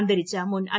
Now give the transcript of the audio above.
അന്തരിച്ച മുൻ ഐ